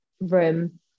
room